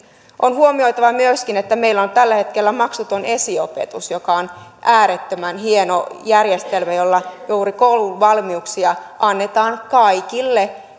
on huomioitava myöskin että meillä on tällä hetkellä maksuton esiopetus joka on äärettömän hieno järjestelmä jolla juuri kouluvalmiuksia annetaan kaikille